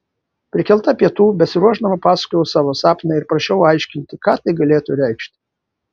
prikelta pietų besiruošdama pasakojau savo sapną ir prašiau aiškinti ką tai galėtų reikšti